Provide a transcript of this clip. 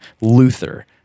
Luther